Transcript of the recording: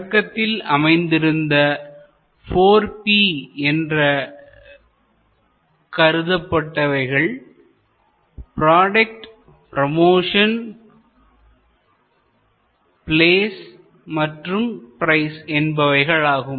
தொடக்கத்தில் அமைந்திருந்த 4 P என்று கருதப்பட்டவைகள் ப்ராடக்ட் பிரமோஷன்ப்லேஸ் மற்றும் பிரைஸ் என்பவைகளாகும்